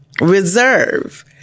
reserve